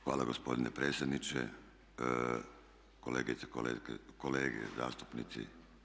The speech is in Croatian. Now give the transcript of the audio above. Hvala gospodine predsjedniče, kolegice i kolege zastupnici.